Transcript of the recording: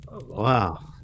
Wow